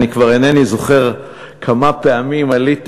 אני כבר אינני זוכר כמה פעמים עליתי